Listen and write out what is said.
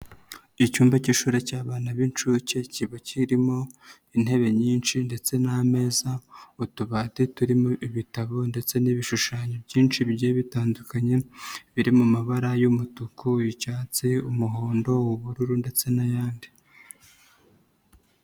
Icyumba k'ishuri cy'abana b'inshuke kiba kirimo intebe nyinshi ndetse n'ameza, utubati turimo ibitabo ndetse n'ibishushanyo byinshi bigiye bitandukanye biri mu mabara y'umutuku, icyatsi, umuhondo, ubururu ndetse n'ayandi.